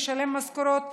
לשלם משכורות,